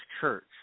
church